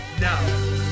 No